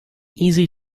easy